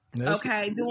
okay